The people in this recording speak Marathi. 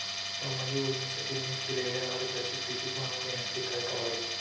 सामाजिक योजनेसाठी मी केलेल्या अर्जाची स्थिती जाणून घेण्यासाठी काय करावे?